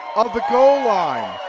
of the goal line.